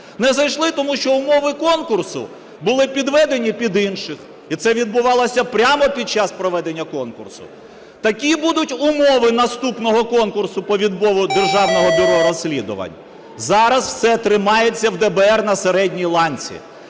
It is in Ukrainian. не зайшли, тому що умови конкурсу були підведені під інших. І це відбувалося прямо під час проведення конкурсу. Такі будуть умови наступного конкурсу по відбору Державного бюро розслідувань? Зараз все тримається в ДБР на середній ланці.